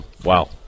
Wow